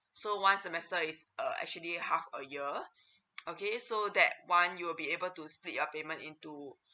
so one semester is uh actually half a year okay so that one you will be able to split your payment into